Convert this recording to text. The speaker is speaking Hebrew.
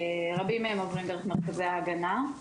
רבים מהם עוברים דרך מרכזי ההגנה.